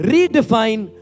Redefine